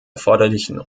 erforderlichen